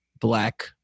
Black